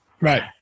Right